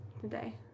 today